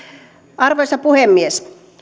arvoisa puhemies